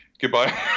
Goodbye